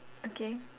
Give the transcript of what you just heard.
okay